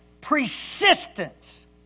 persistence